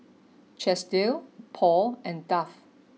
Chesdale Paul and Dove